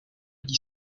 dit